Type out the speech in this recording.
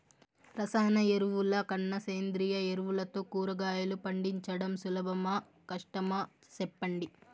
రసాయన ఎరువుల కన్నా సేంద్రియ ఎరువులతో కూరగాయలు పండించడం సులభమా కష్టమా సెప్పండి